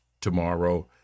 tomorrow